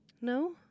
No